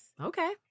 Okay